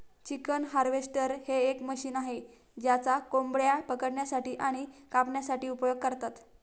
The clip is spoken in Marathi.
चिकन हार्वेस्टर हे एक मशीन आहे ज्याचा कोंबड्या पकडण्यासाठी आणि कापण्यासाठी उपयोग करतात